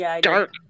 dark